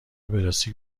پلاستیک